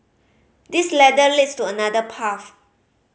this ladder leads to another path